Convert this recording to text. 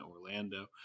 orlando